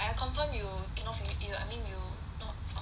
!aiya! confirm you cannot fully eat lah I think you not